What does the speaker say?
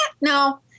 no